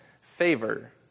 favor